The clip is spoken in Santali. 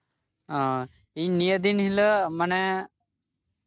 ᱟᱨ ᱤᱱᱟᱹ ᱫᱤᱱ ᱦᱤᱞᱳᱜ ᱢᱟᱱᱮ